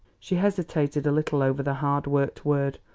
she hesitated a little over the hard-worked word.